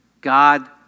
God